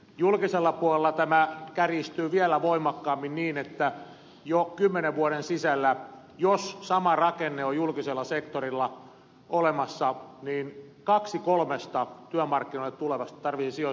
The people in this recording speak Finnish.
julkisella puolella tämä kärjistyy vielä voimakkaammin niin että jo kymmenen vuoden sisällä jos sama rakenne on julkisella sektorilla olemassa kahden kolmesta työmarkkinoille tulevasta tarvitsee sijoittua julkiselle sektorille